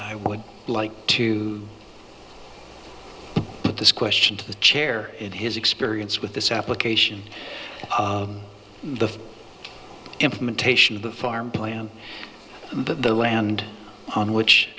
i would like to put this question to the chair and his experience with this application the implementation of the farm plan the land on which